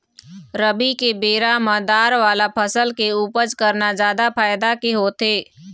रबी के बेरा म दार वाला फसल के उपज करना जादा फायदा के होथे